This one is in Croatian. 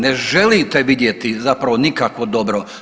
Ne želite vidjeti zapravo nikakvo dobro.